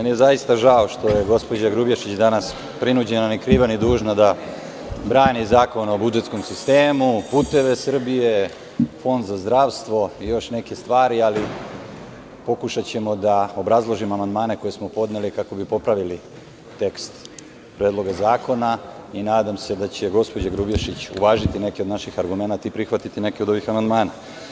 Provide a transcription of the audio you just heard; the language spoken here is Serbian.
Zaista mi je žao što je gospođa Grubješić danas prinuđena ni kriva ni dužna da brani zakon o budžetskom sistemu, "Puteve Srbije", Fond za zdravstvo i još neke stvari, ali pokušaćemo da obrazložimo amandmane koje smo podneli kako bi popravili tekst Predloga zakona i nadam se da će gospođa Grubješić uvažiti neke od naših argumenata i prihvatiti neke od ovih amandmana.